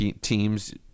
teams